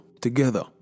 together